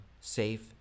safe